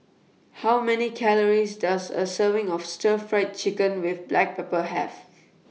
How Many Calories Does A Serving of Stir Fried Chicken with Black Pepper Have